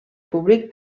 públic